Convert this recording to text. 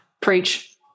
Preach